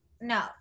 No